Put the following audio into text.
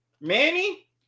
Manny